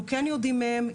אנחנו כן יודעים מהם,